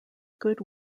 good